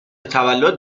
تولد